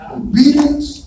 obedience